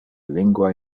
lingua